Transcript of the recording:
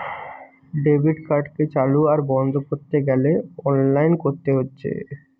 debit কার্ডকে চালু আর বন্ধ কোরতে গ্যালে অনলাইনে কোরতে হচ্ছে